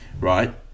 right